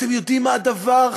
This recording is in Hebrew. ואתם יודעים מה הדבר,